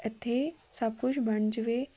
ਇੱਥੇ ਸਭ ਕੁਛ ਬਣ ਜਾਵੇ